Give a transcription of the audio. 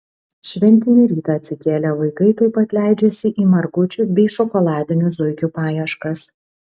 šventinį rytą atsikėlę vaikai tuoj pat leidžiasi į margučių bei šokoladinių zuikių paieškas